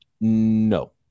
No